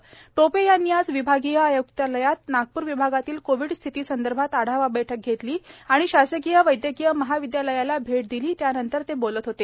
आरोग्यमंत्री टोपे यांनी आज विभागीय आय्क्तालयात नागपूर विभागातीत कोविड संदर्भात आढावा बैठक घेतली आणि शासकीय वैद्यकीय महाविद्यालयाला भेट दिली त्यानंतर ते बोलत होते